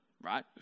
right